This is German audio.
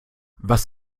was